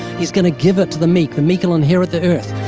he's going to give it to the meek. the meek'll inherit the earth.